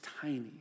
tiny